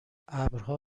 ابرها